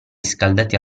scaldati